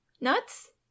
Nuts